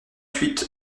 huit